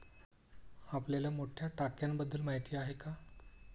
आपल्याला मोठ्या टाक्यांबद्दल माहिती आहे का?